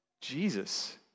Jesus